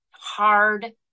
hard